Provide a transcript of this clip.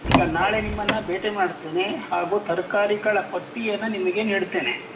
ಈಗ ನಾಳೆ ನಿಮ್ಮನ್ನು ಭೇಟಿ ಮಾಡ್ತೀನಿ ಹಾಗೂ ತರಕಾರಿಗಳ ಪಟ್ಟಿಯನ್ನು ನಿಮಗೆ ನೀಡ್ತೇನೆ